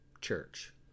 church